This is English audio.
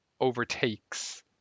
overtakes